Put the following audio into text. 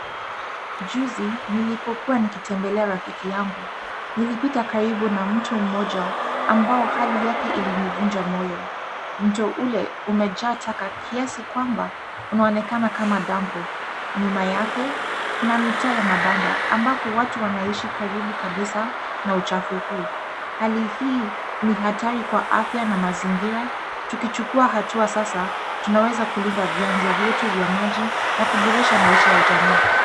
Juzi nilipokuwa nikitembelea rafiki yangu, nilipita karibu na mto mmoja ambayo hali yake ilinivunja moyo. Mto ule umejaa taka kiasi kwamba unaonekana kama dumpo. Nyuma yake kuna mitaa ya mabanda ambapo watu wanaishi karibu kabisa na uchafu huu. Hali hii ni hatari kwa afya na mazingira. Tukichukua hatua sasa, tunaweza kulinda vyanzo vyetu vya maji na kuboresha maisha ya jamii.